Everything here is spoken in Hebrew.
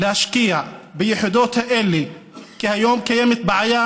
להשקיע ביחידות האלה כי היום קיימת בעיה,